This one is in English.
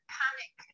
panic